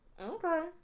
okay